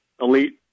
elite